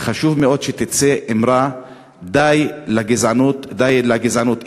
חשוב מאוד שתצא אמרה: די לגזענות, די לגזענות.